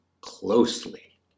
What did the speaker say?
closely